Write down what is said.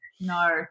No